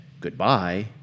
goodbye